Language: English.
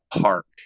park